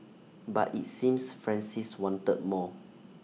but IT seems Francis wanted more